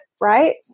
right